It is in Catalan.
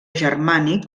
germànic